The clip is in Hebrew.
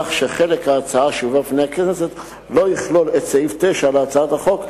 כך שחלק ההצעה שיובא בפני הכנסת לא יכלול את סעיף 9 להצעת החוק,